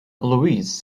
louis